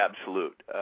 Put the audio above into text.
Absolute